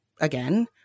again